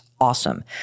awesome